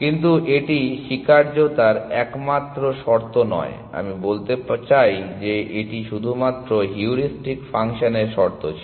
কিন্তু এটি স্বীকার্যতার একমাত্র শর্ত নয় আমি বলতে চাই যে এটি শুধুমাত্র হিউরিস্টিক ফাংশন এর শর্ত ছিল